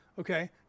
Okay